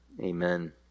amen